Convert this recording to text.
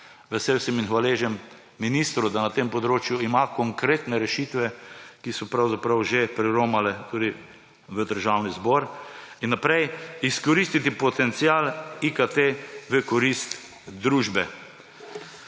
Vesel sem in hvaležen ministru, da na tem področju ima konkretne rešitve, ki so pravzaprav že priromale tudi v Državni zbor ‒ in naprej, izkoristiti potencial IKT v korist družbe.